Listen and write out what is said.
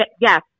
yes